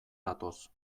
datoz